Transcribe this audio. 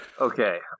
Okay